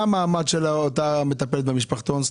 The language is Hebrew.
מה המעמד של אותה מטפלת במשפחתון?